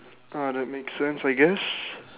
ah that makes sense I guess